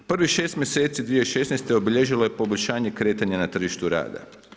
Prvih 6 mjeseci 2016. obilježilo je poboljšanje kretanje na tržištu rada.